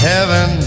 Heaven